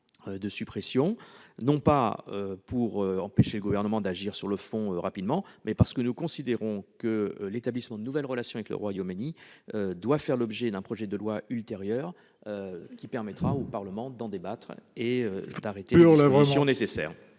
de suppression, ce n'est pas pour empêcher le Gouvernement d'agir rapidement ; c'est parce que nous considérons que l'établissement de nouvelles relations avec le Royaume-Uni devra faire l'objet d'un projet de loi, qui permettra au Parlement de débattre et d'arrêter les dispositions nécessaires.